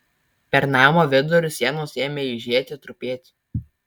per namo vidurį sienos ėmė eižėti trupėti